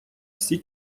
всі